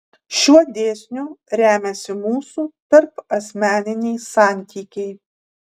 šiuo dėsniu remiasi mūsų tarpasmeniniai santykiai